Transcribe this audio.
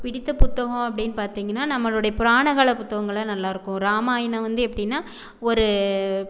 இப்ப புடித்த புத்தகம் அப்படின்னு பார்த்திங்ன்னா நம்மளுடைய புராண கால புத்தகங்கள் வந்து நல்லாயிருக்கும் ராமாயணம் வந்து எப்படின்னா ஒரு